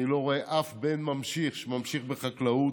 אני לא רואה אף בן ממשיך שממשיך בחקלאות.